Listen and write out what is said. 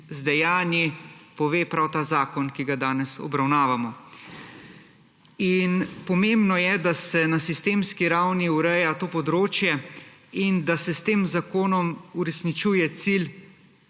dejanji pove prav ta zakon, ki ga danes obravnavamo. Pomembno je, da se na sistemski ravni ureja to področje in da se s tem zakonom uresničuje cilj